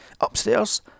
upstairs